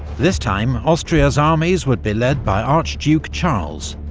this time, austria's armies would be led by archduke charles,